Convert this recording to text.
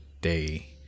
day